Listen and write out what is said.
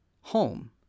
home